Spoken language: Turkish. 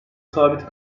sabit